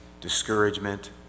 discouragement